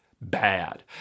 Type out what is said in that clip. bad